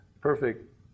perfect